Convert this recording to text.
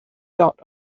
dot